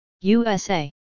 USA